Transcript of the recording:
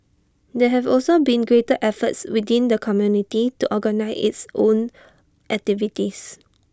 there have also been greater efforts within the community to organise its own activities